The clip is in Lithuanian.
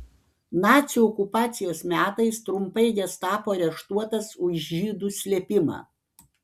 nacių okupacijos metais trumpai gestapo areštuotas už žydų slėpimą